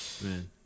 Man